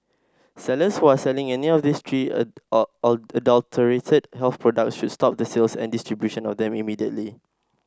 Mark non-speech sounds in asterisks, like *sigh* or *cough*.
sellers who are selling any of these three *unintelligible* adulterated health products should stop the sales and distribution of them immediately